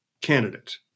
candidate